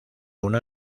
una